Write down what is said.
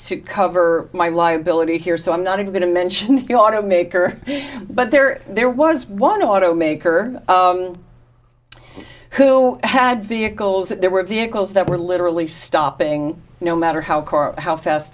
to cover my liability here so i'm not going to mention the automaker but there there was one auto maker who had vehicles that there were vehicles that were literally stopping no matter how car how fast